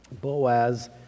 Boaz